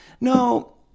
no